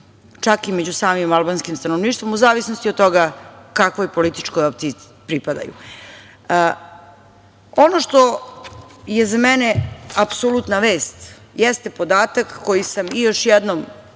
čak i među samim albanskim stanovništvom, u zavisnosti od toga kakvoj političkoj opciji pripadaju. Ono što je za mene apsolutna vest jeste podatak koji sam, i još jednom,